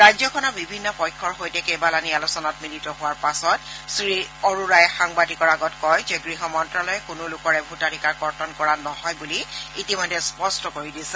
ৰাজ্যখনৰ বিভিন্ন পক্ষৰ সৈতে কেইবালানি আলোচনাত মিলিত হোৱাৰ পাছত শ্ৰীঅৰোৰাই সাংবাদিকৰ আগত কয় যে গৃহমন্ত্যালয়ে কোনো লোকৰে ভোটাধিকাৰ কৰ্তন কৰা নহয় বুলি ইতিমধ্যে স্পষ্ট কৰি দিছে